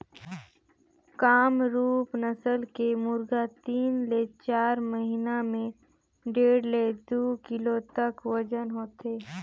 कामरूप नसल के मुरगा तीन ले चार महिना में डेढ़ ले दू किलो तक ओजन होथे